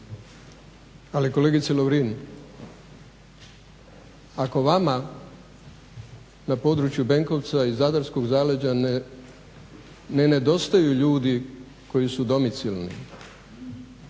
Ali kolegice Lovrin, ako vama na području Benkovca i zadarskog zaleđa ne nedostaju ljudi koji su domicilni